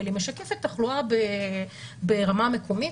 אבל היא משקפת תחלואה ברמה מקומית.